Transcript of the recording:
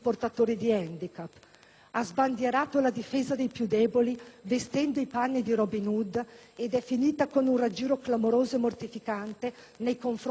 ha sbandierato la difesa dei più deboli, vestendo i panni di Robin Hood, ed è finita con un raggiro clamoroso e mortificante nei confronti dei più bisognosi;